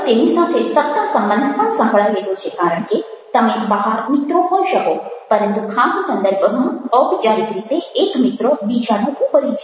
અને તેની સાથે સત્તા સંબંધ પણ સંકળાયેલો છે કારણ કે તમે બહાર મિત્રો હોઈ શકો પરંતુ ખાસ સંદર્ભમાં ઔપચારિક રીતે એક મિત્ર બીજાનો ઉપરી છે